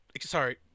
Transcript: Sorry